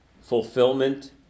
fulfillment